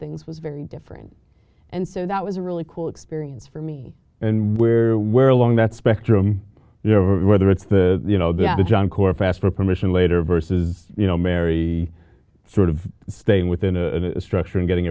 things was very different and so that was a really cool experience for me and where where along that spectrum whether it's the you know the junk or fast for permission later versus you know mary sort of staying within a structure and getting